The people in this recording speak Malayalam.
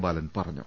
ബാലൻ പറഞ്ഞു